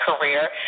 career